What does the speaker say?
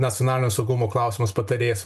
nacionalinio saugumo klausimas patarėjas